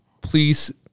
please